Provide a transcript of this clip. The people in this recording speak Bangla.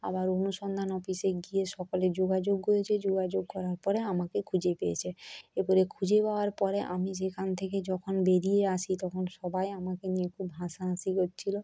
আবার অনুসন্ধান অফিসে গিয়ে সকলে যোগাযোগ করেছে যোগাযোগ করার পরে আমাকে খুঁজে পেয়েছে এরপরে খুঁজে পাওয়ার পরে আমি যেখান থেকে যখন বেরিয়ে আসি তখন সবাই আমাকে নিয়ে খুব হাসাহাসি করছিলো